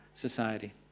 society